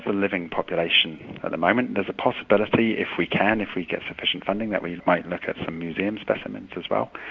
but living population at the moment. there's a possibility if we can, if we get sufficient funding, that we might look at some museum specimens as well.